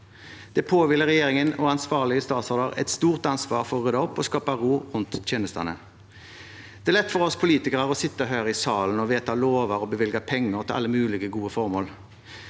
Det påhviler regjeringen og ansvarlige statsråder et stort ansvar for å rydde opp og skape ro rundt tjenestene. Det er lett for oss politikere å sitte her i salen og vedta lover og bevilge penger til alle mulige gode formål.